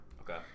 Okay